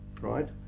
right